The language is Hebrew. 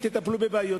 לטפל בבעיות.